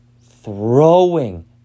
throwing